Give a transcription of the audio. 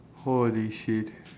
holy shit